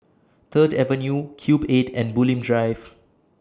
Third Avenue Cube eight and Bulim Drive